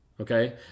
Okay